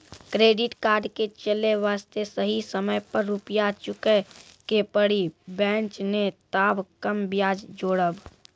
Credit card के चले वास्ते सही समय पर रुपिया चुके के पड़ी बेंच ने ताब कम ब्याज जोरब?